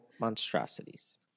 monstrosities